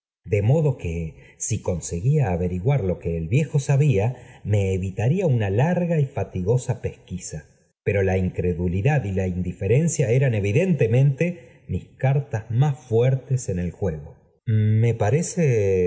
be modo que si conseguía averiguar lo que el viejo babia me evitaría una larga y ía tigosa pesquisa pero la incredulidad y la indiferencia eran evidentemente mis cartas más fuerf tes en el juego me parece